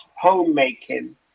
homemaking